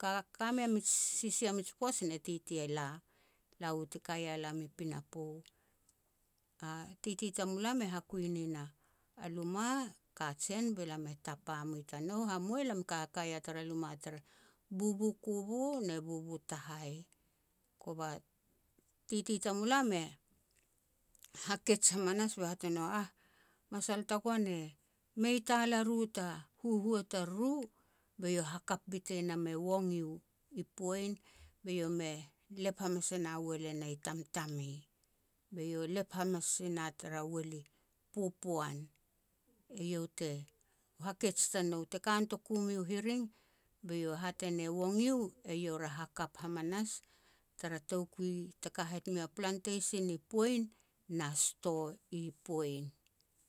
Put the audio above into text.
Ka-kamei mij sisia mij poaj ne titi e la, la u ti kaia lam i pinapo. A titi tamulam e hakui nin a luma kajen be lam e tapa mua i tanou. Hamua lam i kaka yah tara luma tere bubu Kubo ne bubu Tahai. Kova titi tamulam e hakej hamanas be hat neno "Áh, masal tagoan e mei tal aru ta huhua tariru", be iau hakap bitan nam e Wong Yu i Poin be iau me lep hamas e na uel e nah Tamtame, be iau lep hamas sina tara uel i popoan. Eiau te, hakej tanou, teka noku meiau u hiring be iau hat ene Wong Yu iau ra hakap hamanas tara toukui te kahet meiau a plantation ni Poin na sto i Poin.